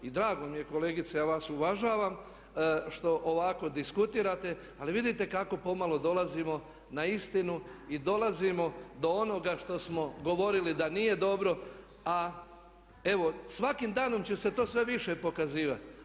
I drago mi je kolegice, ja vas uvažavam, što ovako diskutirate ali vidite kako pomalo dolazimo na istinu i dolazimo do onoga što smo govorili da nije dobro, a evo svakim danom će se to sve više pokazivati.